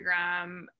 Instagram